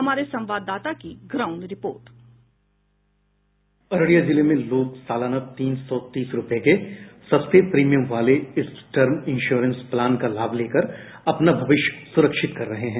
हमारे संवाददाता की ग्राउंड रिपोर्ट अररिया संवाददाता की रिपोर्ट अररिया जिले में लोग सालाना तीन सौ तीस रुपये के सस्ते प्रीमियम वाले इस टर्म इंश्योरेंस प्लान का लाभ लेकर अपना भविष्य सुरक्षित कर रहे हैं